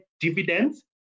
dividends